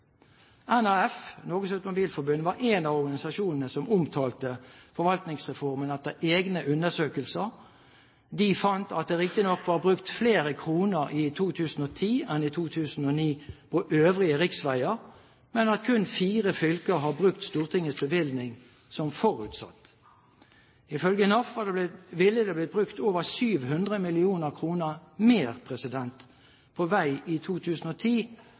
NAF, Norges Automobil-Forbund, var en av organisasjonene som omtalte Forvaltningsreformen, og etter egne undersøkelser fant de at det riktignok var brukt flere kroner i 2010 enn i 2009 på øvrige riksveier, men at kun fire fylker har brukt Stortingets bevilgning som forutsatt. Ifølge NAF ville det blitt brukt over 700 mill. kr mer på vei i 2010